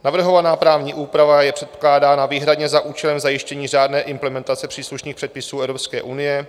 Navrhovaná právní úprava je předkládána výhradně za účelem zajištění řádné implementace příslušných předpisů Evropské unie.